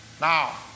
Now